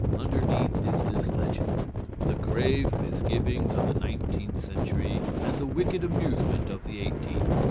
underneath is this legend the grave misgivings of the nineteenth century, and the wicked amusement of the eighteenth,